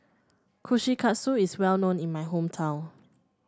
kushikatsu is well known in my hometown